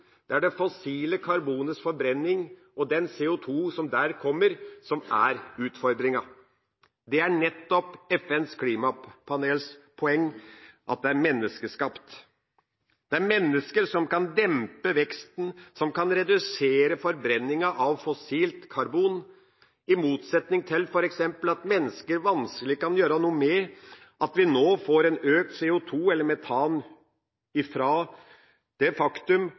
Det er det fossile karbonets forbrenning og den CO2 som der kommer, som er utfordringa. Det er nettopp FNs klimapanels poeng at det er menneskeskapt. Det er mennesker som kan dempe veksten, som kan redusere forbrenninga av fossilt karbon, i motsetning til f.eks. at mennesker vanskelig kan gjøre noe med at vi nå får økt metan fra det faktum